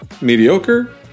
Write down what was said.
mediocre